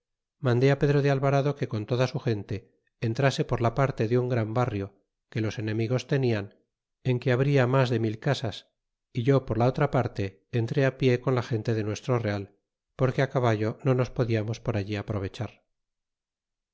necesidad mandé pedro de alvarado que con toda su gente entrase por la parte de un gran barrio que los enemigos tenían en que habria mas de mil casas y yo por la otra parte entré y pie con la gente de nuestro real porque caballo no nos po diamos por allí aprovechar